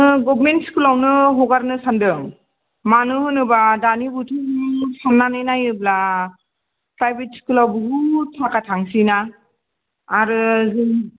जों गरमेन्ट स्कुलावनो हगारनो सान्दों मानो होनोबा दानि बोथोरखौ साननानै नायोब्ला प्राइभेट स्कुलाव बहुत थाखा थांसैना आरो जों